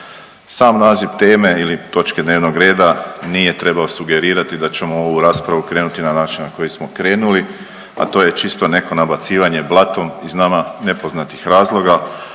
Sam naziv teme ili točke dnevnog reda nije trebao sugerirati da ćemo u ovu raspravu krenuti na način na koji smo krenuli, a to je čisto neko nabacivanje blatom iz nama nepoznatih razloga,